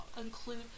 include